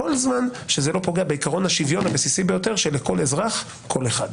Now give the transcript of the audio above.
כל זמן שזה לא פוגע בעיקרון השוויון הבסיסי ביותר שלכל אזרח קול אחד.